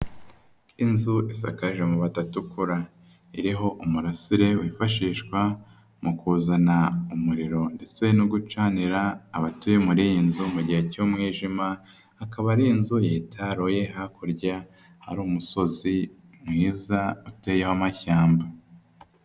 Inzu isakaje amabati atukura. Iriho umurasire wifashishwa mu kuzana umuriro ndetse no gucanira abatuye muri iyi nzu mu gihe cy'umwijima, akaba ari inzu yitaruye hakurya hari umusozi mwiza uteyeho amashyamba.